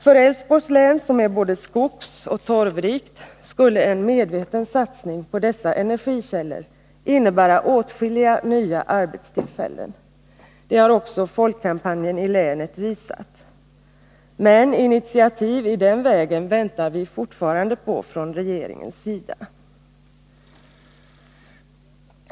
För Älvsborgs län, som är både skogoch torvrikt, skulle en medveten satsning på dessa energikällor innebära åtskilliga nya arbetstillfällen. Det har också folkkampanjen i länet visat. Men initiativ i den vägen väntar vi fortfarande på från regeringens sida.